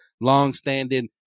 longstanding